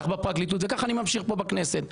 כך בפרקליטות וכך אני ממשיך פה בכנסת.